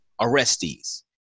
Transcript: arrestees